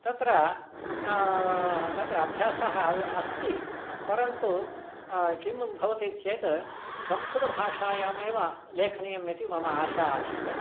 तत्र तत्र अभ्यासः अस्ति परन्तु किं भवति चेत् संस्कृतभाषायामेव लेखनीयमिति मम आशा आसीत्